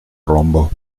rombo